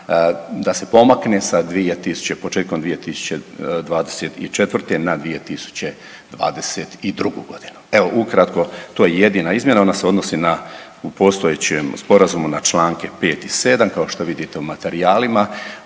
da se pomakne početkom 2024. na 2022.g. Evo ukratko, to je jedina izmjena, ona se odnosi na, u postojećem sporazumu na čl. 5. i 7., kao što vidite u materijalima,